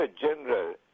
General